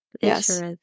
Yes